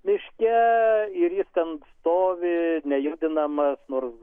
miške ir jis ten stovi nejudinamas nors